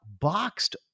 boxed